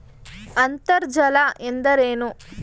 ಅಂತರ್ಜಲ ಎಂದರೇನು?